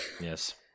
Yes